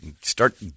Start